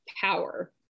power